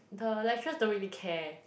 the lecturers don't really care